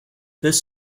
this